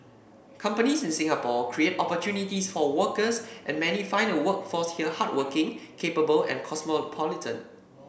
companies in Singapore create opportunities for workers and many find the workforce here hardworking capable and cosmopolitan